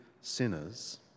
sinners